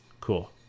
Cool